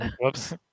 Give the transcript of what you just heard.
Whoops